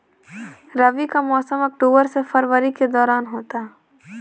रबी का मौसम अक्टूबर से फरवरी के दौरान होता है